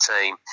team